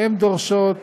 הן דורשות